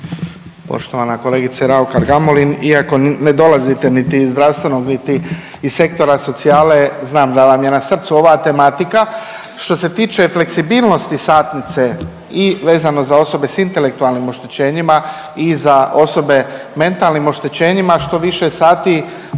Poštovana kolegice Raukar Gamulin, iako ne dolazite niti iz zdravstvenog, niti iz sektora socijale znam da vam je na srcu ova tematika. Što se tiče fleksibilnosti satnice i vezano za osobe s intelektualnim oštećenjima i za osobe mentalnim oštećenjima, što više sati